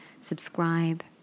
Subscribe